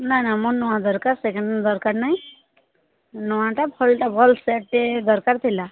ନା ନା ମୋର ନୂଆ ଦରକାର ସେକେଣ୍ଡ୍ ହ୍ୟାଣ୍ଡ୍ ଦରକାର ନାଇଁ ନୂଆଟା ଭଲଟା ଭଲ ସେଟ୍ଟେ ଦରକାର ଥିଲା